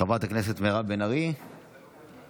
חברת כנסת מירב בן ארי, בבקשה.